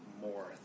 more